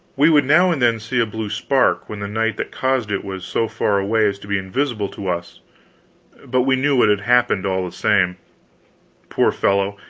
we would now and then see a blue spark when the knight that caused it was so far away as to be invisible to us but we knew what had happened, all the same poor fellow,